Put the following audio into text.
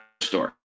store